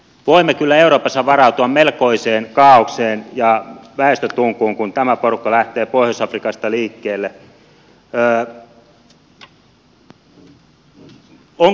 voimme kyllä euroopassa varautua melkoiseen kaaokseen ja väestötunkuun kun tämä porukka lähtee pohjois afrikasta liikkeelle